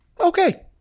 okay